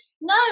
no